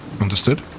understood